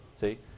see